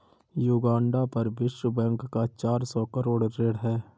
Uganda पर विश्व bank का चार सौ करोड़ ऋण है